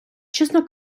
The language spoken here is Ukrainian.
чесно